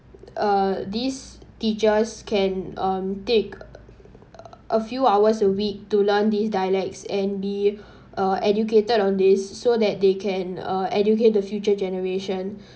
uh these teachers can um take a few hours a week to learn this dialects and be uh educated on this so that they can uh educate the future generation